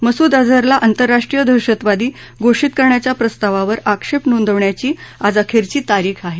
मसूद अजहरला आंतरराष्ट्रीय दहशतवादी घोषित करण्याच्या प्रस्तावावर आक्षेप नोंदवण्याची आज अखेरची तारीख आहे